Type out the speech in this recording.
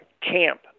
camp